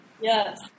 Yes